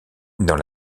dans